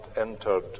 entered